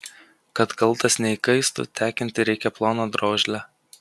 kad kaltas neįkaistų tekinti reikia ploną drožlę